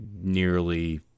nearly